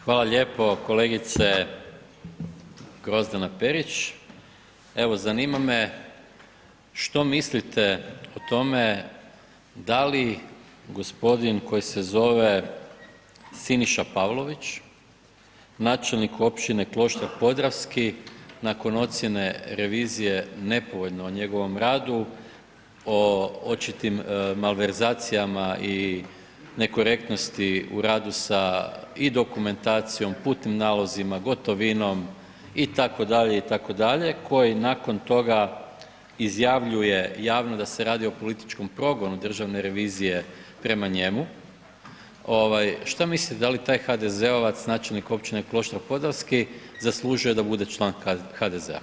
Hvala lijepo kolegice Grozdana Perić, evo zanima me što mislite o tome da li gospodin koji se zove Siniša Pavlović, načelnik općine Kloštar Podravski nakon ocjene revizije nepovoljno o njegovom radu, o očitim malverzacijama i nekorektnosti u radu sa i dokumentacijom, putnim nalozima, gotovinom itd., itd., koji nakon toga izjavljuje javno da se radi o političkom progonu državne revizije prema njemu, ovaj šta mislite da li taj HDZ-ovac načelnik općine Kloštar Podravski zaslužuje da bude član HDZ-a?